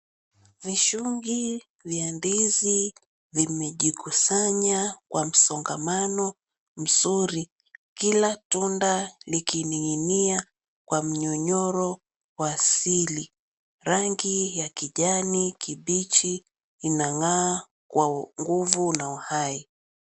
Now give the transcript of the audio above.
Vishungi vya ndizi vimejikusanya kwa msongamano mzuri, kila tunda likining'inia kwa mnyonyoro asili, rangi ya kijani kibichi inang'aa kwa nguvu na uhai.